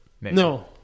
No